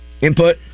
Input